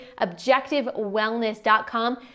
objectivewellness.com